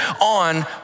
on